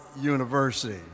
University